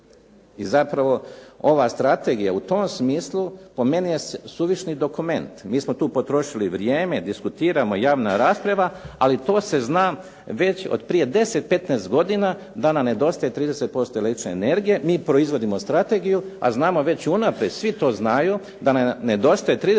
I zapravo ova strategija u tom smislu po meni je suvišni dokument. Mi smo tu potrošili vrijeme, diskutiramo, javna rasprava, ali to se zna već otprije 10, 15 godina da nam nedostaje 30% električne energije, mi proizvodimo strategiju, a znamo već unaprijed, svi to znaju da nam nedostaje 30%